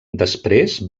després